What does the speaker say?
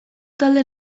talde